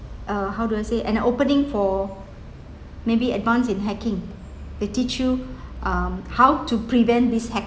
uh how do I say an opening for maybe advance in hacking they teach you um how to prevent this